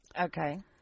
Okay